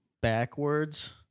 backwards